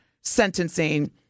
sentencing